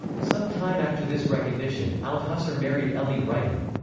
some time after this recognition, althusser married helene rytmann.